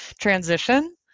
transition